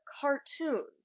cartoon